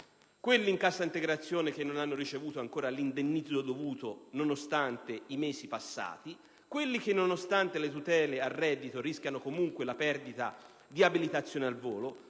quelli in cassa integrazione che non hanno ancora ricevuto l'indennizzo dovuto nonostante i mesi passati; quelli che, nonostante le tutele al reddito, rischiano comunque la perdita di abilitazione al volo;